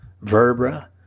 vertebra